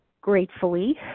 gratefully